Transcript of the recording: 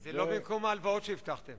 זה לא במקום ההלוואות שהבטחתם.